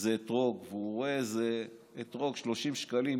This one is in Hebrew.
איזה אתרוג והוא רואה איזה אתרוג, 30 שקלים.